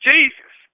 Jesus